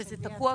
וכרגע זה תקוע.